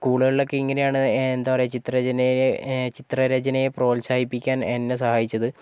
സ്കൂളുകളിലൊക്ക ഇങ്ങനെയാണ് എന്താ പറയാ ചിത്രരചനയെ ചിത്രരചനയെ പ്രോത്സാഹിപ്പിക്കാൻ എന്നെ സഹായിച്ചത്